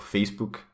Facebook